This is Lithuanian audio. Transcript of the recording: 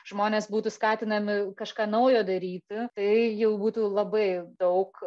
žmonės būtų skatinami kažką naujo daryti tai jau būtų labai daug